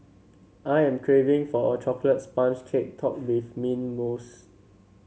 I am craving for a chocolate sponge cake topped with mint mousse